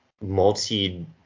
multi